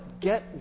Get